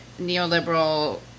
neoliberal